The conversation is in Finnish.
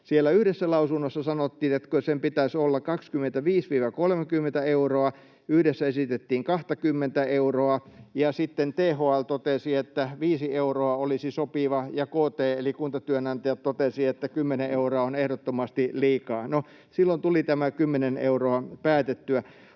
Siellä yhdessä lausunnossa sanottiin, että kyllä sen pitäisi olla 25—30 euroa, yhdessä esitettiin 20:tä euroa, ja sitten THL totesi, että 5 euroa olisi sopiva, ja KT eli Kuntatyönantajat totesi, että 10 euroa on ehdottomasti liikaa. No, silloin tuli tämä 10 euroa päätettyä.